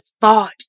thought